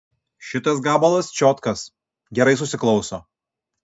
šitas gabalas čiotkas gerai susiklauso